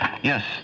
Yes